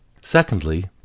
Secondly